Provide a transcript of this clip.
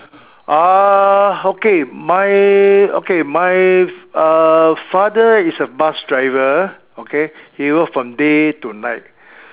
uh okay my okay my uh father is a bus driver okay he work from day to night